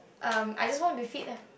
um I just want be fit ah